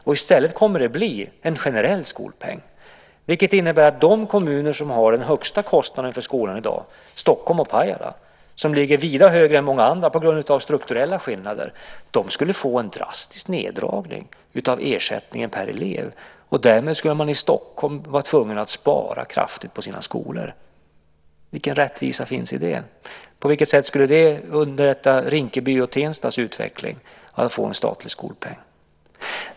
I stället kommer det att bli en generell skolpeng, vilket innebär att de kommuner som har den högsta kostnaden för skolan i dag - Stockholm och Pajala, som ligger vida högre än många andra på grund av strukturella skillnader - skulle få en drastisk neddragning av ersättningen per elev. Därmed skulle man i Stockholm vara tvungen att spara kraftigt på sina skolor. Vilken rättvisa finns i det? På vilket sätt skulle det underlätta Rinkebys och Tenstas utveckling att få en statlig skolpeng?